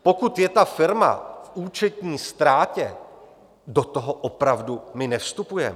Pokud je ta firma v účetní ztrátě, do toho opravdu my nevstupujeme.